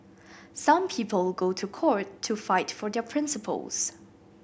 some people go to court to fight for their principles